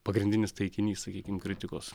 pagrindinis taikinys sakykim kritikos